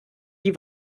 die